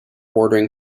ordering